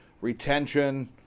Retention